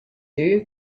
two